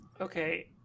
okay